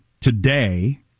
today